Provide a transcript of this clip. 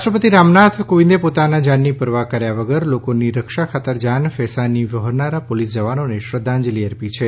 રાષ્ટ્રપતિ રામનાથ કોવિંદે પોતાના જાનની પરવા કર્યા વગર લોકોની રક્ષા ખાતર જાન ફેસાની વ્હોરનારા પોલીસ જવાનોને શ્રદ્ધાંજલિ અર્પી છે